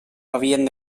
havien